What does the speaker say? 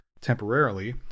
temporarily